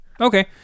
Okay